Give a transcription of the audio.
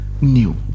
new